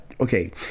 Okay